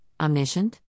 Omniscient